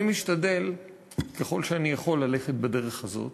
אני משתדל ככל שאני יכול ללכת בדרך הזאת,